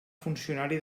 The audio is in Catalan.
funcionari